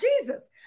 Jesus